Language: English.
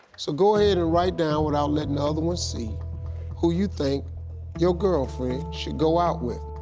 so go ahead and write down without letting the other one see who you think your girlfriend should go out with.